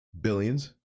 Billions